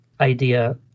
idea